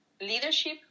leadership